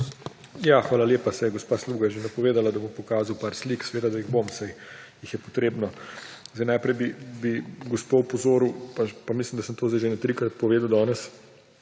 Hvala lepa. Saj je gospa Sluga že napovedala, da bom pokazal nekaj slik. Seveda jih bom, saj jih je potrebno. Naprej bi gospo opozoril, pa mislim, da sem zdaj to že trikrat povedal danes,